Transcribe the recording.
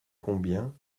combien